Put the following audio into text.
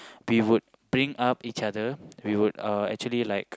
we would bring up each other we would uh actually like